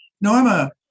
Norma